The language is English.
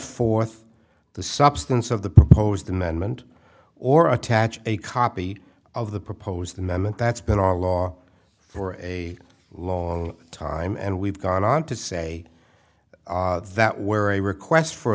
forth the substance of the proposed amendment or attach a copy of the proposed amendment that's been our law for a long time and we've gone on to say that where a request for a